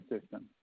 system